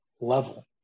level